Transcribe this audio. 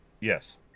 Yes